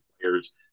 players